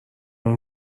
اون